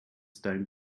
stone